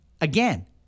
Again